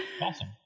Awesome